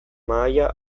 mahaia